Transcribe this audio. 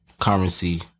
Currency